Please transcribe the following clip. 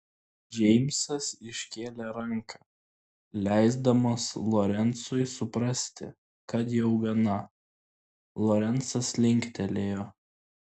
džeimsas iškėlė ranką leisdamas lorencui suprasti kad jau gana lorencas linktelėjo